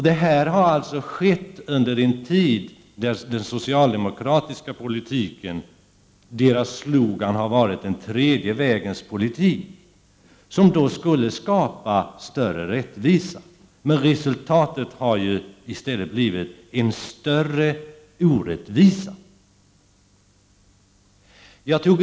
Den här utvecklingen har pågått samtidigt som socialdemokraterna talar om den tredje vägens politik med vars hjälp större rättvisa skulle skapas. Resultatet har i stället blivit större orättvisa.